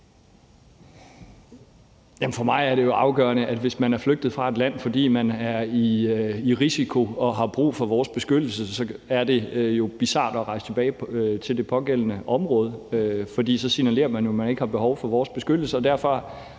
for mig er det jo afgørende, at hvis man er flygtet fra et land, fordi man er i risiko og har brug for vores beskyttelse, er det jo bizart at rejse tilbage til det pågældende område, for så signalerer man jo, at man ikke har behov for vores beskyttelse.